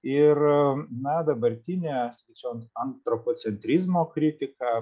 ir na dabartinė sakyčiau antropocentrizmo kritika